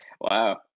Wow